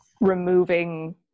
removing